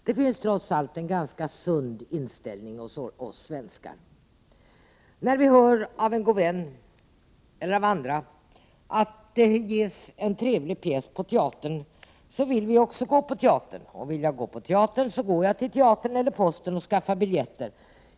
Det finns trots allt en ganska sund inställning hos svenskar. När vi hör av en god vän eller av andra att det ges en trevlig pjäs på teatern, vill vi också gå på teater, och vill vi gå på teater går vi till teatern eller posten och skaffar biljetter.